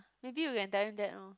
maybe we can tell him that loh